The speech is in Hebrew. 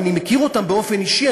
אני מכיר אותם באופן אישי,